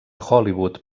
hollywood